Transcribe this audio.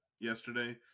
yesterday